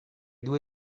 due